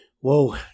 Whoa